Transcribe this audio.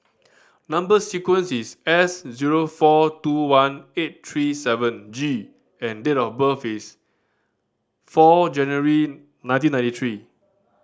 number sequence is S zero four two one eight three seven G and date of birth is four January nineteen ninety three